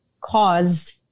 caused